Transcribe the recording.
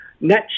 net